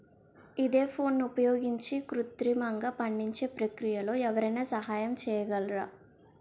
ఈథెఫోన్ని ఉపయోగించి కృత్రిమంగా పండించే ప్రక్రియలో ఎవరైనా సహాయం చేయగలరా?